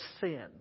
sin